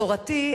מסורתי,